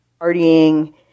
partying